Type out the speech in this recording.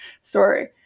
story